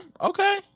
okay